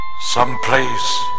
Someplace